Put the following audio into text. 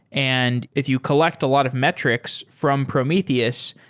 and if you collect a lot of metrics from prometheus,